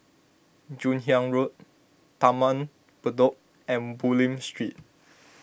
Joon Hiang Road Taman Bedok and Bulim Street